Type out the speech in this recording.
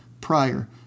prior